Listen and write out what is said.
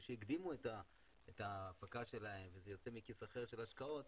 שהקדימו את ההפקה וזה יצא מכיס אחר של השקעות,